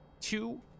two